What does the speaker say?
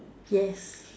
yes